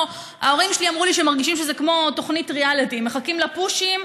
ההורים שלי אמרו לי שהם מרגישים שזה כמו תוכנית ריאליטי: מחכים לפושים,